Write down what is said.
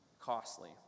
costly